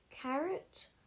carrot